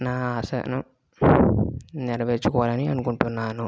నా ఆశను నెరవేర్చుకోవాలని అనుకుంటున్నాను